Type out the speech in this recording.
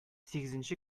сигезенче